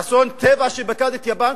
אסון טבע שפקד את יפן.